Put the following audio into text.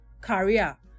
career